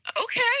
okay